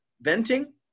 venting